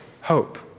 hope